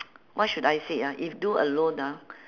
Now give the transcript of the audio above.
what should I say uh if do alone ah